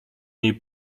niej